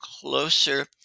closer